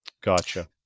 Gotcha